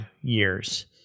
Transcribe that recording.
years